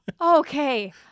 okay